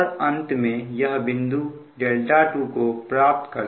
और अंत में यह बिंदु δ2 को प्राप्त करता है